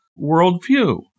worldview